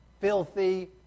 filthy